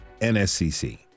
NSCC